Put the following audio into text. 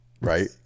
Right